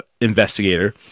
investigator